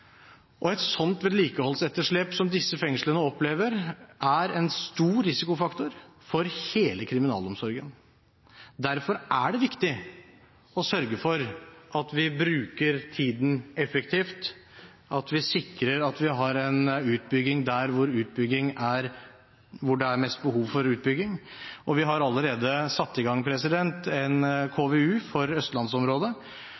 Et slikt vedlikeholdsetterslep som disse fengslene opplever, er en stor risikofaktor for hele kriminalomsorgen. Derfor er det viktig å sørge for at vi bruker tiden effektivt, og at vi sikrer utbygging der det er mest behov for utbygging. Vi har allerede satt i gang en